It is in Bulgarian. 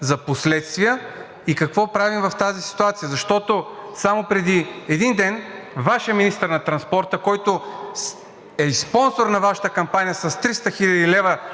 за последствия и какво правим в тази ситуация, защото само преди един ден Вашият министър на транспорта, който е и спонсор на Вашата кампания с 300 хил.